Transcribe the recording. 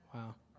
Wow